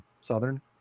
Southern